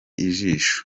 ijisho